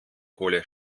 kohle